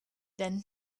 then